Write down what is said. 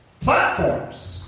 platforms